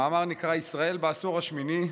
המאמר נקרא "ישראל בעשור השמיני,